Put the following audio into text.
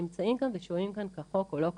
שנמצאים כאן ושוהים כאן כחוק או לא כחוק,